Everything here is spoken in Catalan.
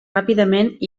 ràpidament